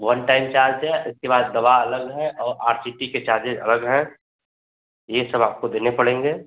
one time charge है इसके बाद दवा अलग है और आर सी टी के चार्जेस अलग है ये सब आपको देने पड़ेंगे